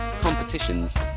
competitions